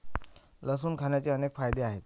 लसूण खाण्याचे अनेक फायदे आहेत